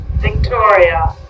Victoria